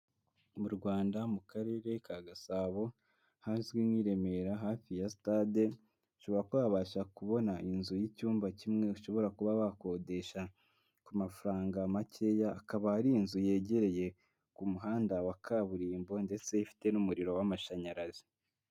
Mu Rwanda mu Karere ka Gasabo hazwi nk'i Remera hafi ya sitade, ushobora kuba wabasha kubona inzu y'icyumba kimwe ushobora kuba wakodesha. Ku mafaranga makeya, akaba ari inzu yegereye ku muhanda wa kaburimbo ndetse ifite n'umuriro w'amashanyarazi.